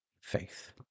faith